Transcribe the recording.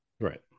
Right